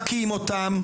מכות אותם.